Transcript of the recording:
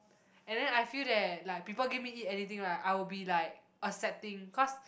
and then I feel that like people give me eat anything right I would be like accepting cause